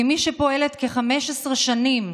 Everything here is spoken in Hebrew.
כמי שפועלת כ-15 שנים